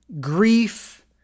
grief